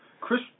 Chris